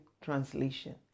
Translation